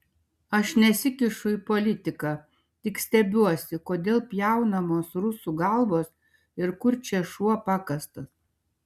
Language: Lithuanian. aš nesikišu į politiką tik stebiuosi kodėl pjaunamos rusų galvos ir kur čia šuo pakastas